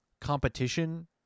competition